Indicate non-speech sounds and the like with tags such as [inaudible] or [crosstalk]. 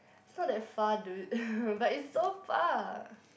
it's not that far dude [laughs] but it's so far